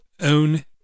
own